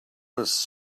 was